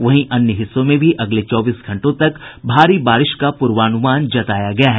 वहीं अन्य हिस्सों में भी अगले चौबीस घंटों तक भारी बारिश का पूर्वानुमान जताया गया है